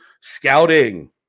scouting